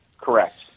Correct